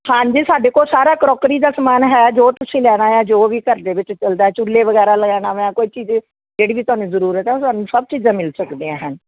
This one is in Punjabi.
ਹਾਂਜੀ ਸਾਡੇ ਕੋਲ ਸਾਰਾ ਕਰੋਕਰੀ ਦਾ ਸਮਾਨ ਹੈ ਜੋ ਤੁਸੀਂ ਲੈਣਾ ਹੈ ਜੋ ਵੀ ਘਰ ਦੇ ਵਿੱਚ ਚੱਲਦਾ ਚੁੱਲ੍ਹੇ ਵਗੈਰਾ ਲਗਾਉਣਾ ਵੈਂ ਕੋਈ ਚੀਜ਼ ਜਿਹੜੀ ਵੀ ਤੁਹਾਨੂੰ ਜ਼ਰੂਰਤ ਹੈ ਉਹ ਤੁਹਾਨੂੰ ਸਭ ਚੀਜ਼ਾਂ ਮਿਲ ਸਕਦੀਆਂ ਹਨ